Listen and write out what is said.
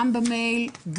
גם במייל,